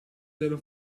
della